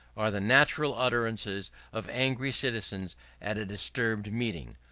are the natural utterances of angry citizens at a disturbed meeting.